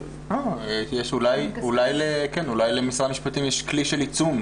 כן, אולי למשרד המשפטים יש כלי של עיצום.